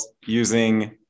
using